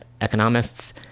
economists